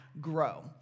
grow